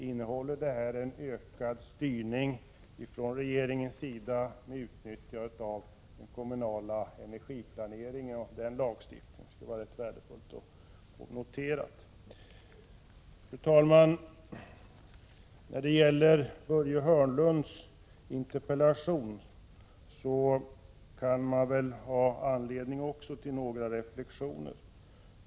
Innehåller det en ökad styrning från regeringens sida, med utnyttjande av lagstiftningen om kommunal energiplanering? Det skulle vara rätt värdefullt att få besked härom. Fru talman! Också när det gäller Börje Hörnlunds interpellation kan man ha anledning till några reflexioner.